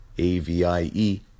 A-V-I-E